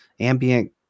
ambient